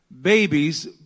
Babies